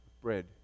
bread